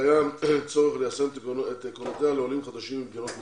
קיים צורך ליישם את עקרונותיה לעולים חדשים ממדינות מצוקה.